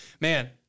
man